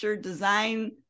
design